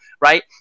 right